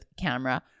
camera